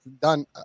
done